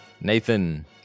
Nathan